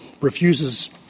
refuses